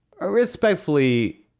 respectfully